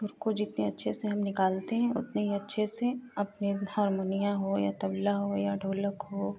सुर को जितने अच्छे से हम निकालते है उतने अच्छे से अपने हरमुनियाँ हो या तबला हो या ढोलक हो